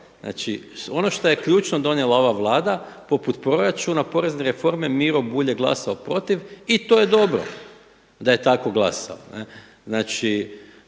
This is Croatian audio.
znači, ono što je ključno donijela ova Vlada poput proračuna, porezne reforme Miro Bulj je glasao protiv i to je dobro da je tako glasao. Znači,